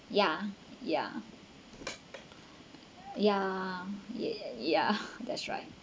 ya ya ya ya ya that's right